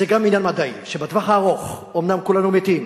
זה גם עניין מדעי, שבטווח הארוך אומנם כולנו מתים,